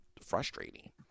frustrating